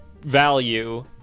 value